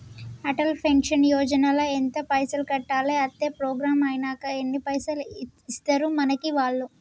Atal pension Yojana ల ఎంత పైసల్ కట్టాలి? అత్తే ప్రోగ్రాం ఐనాక ఎన్ని పైసల్ ఇస్తరు మనకి వాళ్లు?